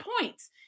points